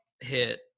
hit